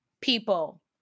people